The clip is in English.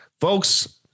folks